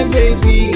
baby